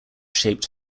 shaped